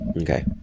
Okay